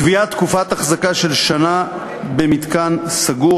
קביעת תקופת החזקה של שנה במתקן סגור.